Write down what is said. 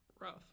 Rough